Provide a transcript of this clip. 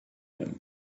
him